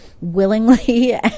Willingly